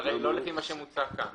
לא, כרגע לא לפי מה שמוצע כאן.